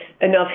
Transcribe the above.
enough